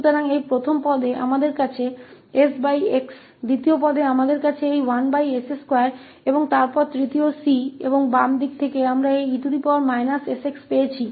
तो इस पहले पद में हमारे पास xs है दूसरे पद में हमारे पास यह 1s2 है और फिर तीसरा c है और बाईं ओर से हमें यह e sx मिला है